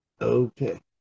Okay